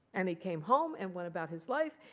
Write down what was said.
and he came home and went about his life.